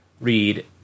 read